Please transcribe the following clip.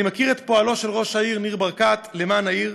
אני מכיר את פועלו של ראש העיר ניר ברקת למען העיר.